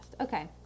okay